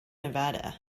nevada